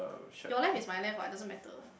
your life is my life what it doesn't matter